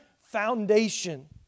foundation